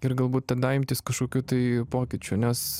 ir galbūt tada imtis kažkokių tai pokyčių nes